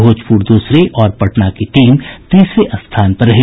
भोजपुर दूसरे और पटना की टीम तीसरे स्थान पर रही